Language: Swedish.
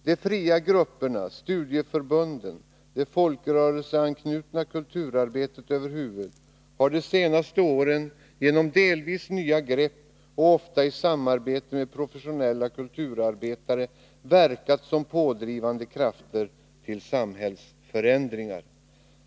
De fria grupperna, studieförbunden och det folkrörelseanknutna kulturarbetet över huvud har under de senaste åren genom delvis nya grepp och ofta genom samarbete med professionella kulturarbetare verkat som pådrivande krafter till samhällsförändringar.